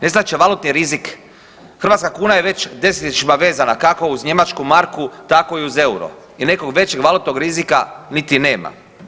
Nestat će valutni rizik, hrvatska kuna je već desetljećima vezana kako uz njemačku marku tako i uz EUR-o i nekog većeg valutnog rizika niti nema.